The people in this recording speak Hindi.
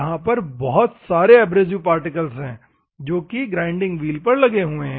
यहां पर बहुत सारे एब्रेसिव पार्टिकल्स है जो कि ग्राइंडिंग व्हील पर लगे हुए है